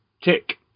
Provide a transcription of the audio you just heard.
Tick